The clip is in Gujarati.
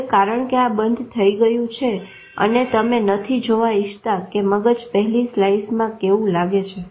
હવે કારણ કે આ બંધ થઇ ગયું છે અને તમે નથી જોવા ઈચ્છતા કે મગજ પહેલી સ્લાઈસમાં કેવું લાગે છે